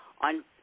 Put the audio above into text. on –